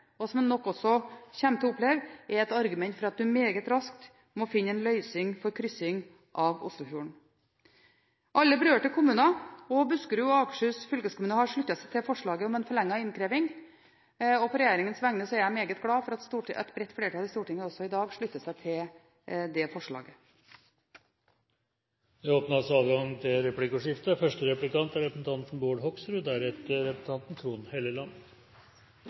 og som man nok kommer til å oppleve, er et argument for at man meget raskt må finne en løsning for kryssing av Oslofjorden. Alle berørte kommuner, og Buskerud og Akershus fylkeskommuner, har sluttet seg til forslaget om forlenget innkreving. På regjeringens vegne er jeg meget glad for at et bredt flertall i Stortinget også i dag slutter seg til det forslaget. Det blir replikkordskifte. Det er ingen som er uenig i at dette er et viktig prosjekt å få på plass. Selv om statsråden sier at det ikke er grunnen til